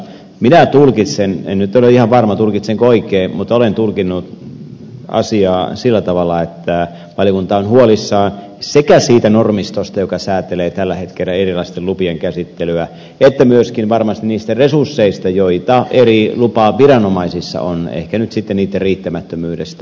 minä tulkitsen en nyt ole ihan varma tulkitsenko oikein mutta olen tulkinnut asiaa sillä tavalla että valiokunta on huolissaan sekä siitä normistosta joka säätelee tällä hetkellä erilaisten lupien käsittelyä että myöskin varmasti niistä resursseista joita eri lupaviranomaisissa on ehkä nyt sitten niitten riittämättömyydestä